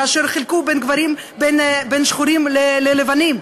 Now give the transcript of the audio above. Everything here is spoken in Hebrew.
כאשר חילקו בין שחורים ללבנים,